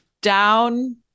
down